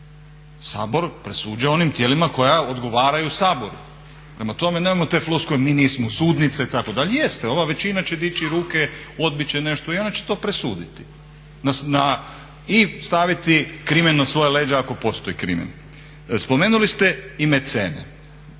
Sabor presuđuje onim tijelima koja odgovaraju Saboru. Prema tome nemojmo te floskule mi nismo sudnice itd. Jeste, ova većina će dići ruke, odbit će nešto i ona će to presuditi i staviti krimen na svoja leđa ako postoji krimen. Spomenuli ste i mecene.